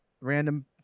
random